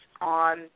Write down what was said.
on